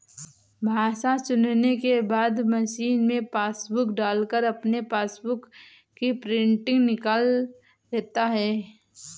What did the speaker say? भाषा चुनने के बाद मशीन में पासबुक डालकर अपने पासबुक की प्रिंटिंग निकाल लेता है